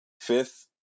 Fifth